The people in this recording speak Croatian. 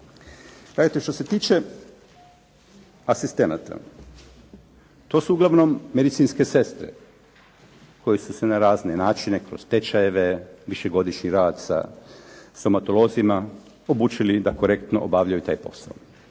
što se tiče asistenata. To su uglavnom medicinske sestre koje su se na razne načine, kroz tečajeve, višegodišnji rad sa stomatolozima, obučili da korektno obavljaju taj posao.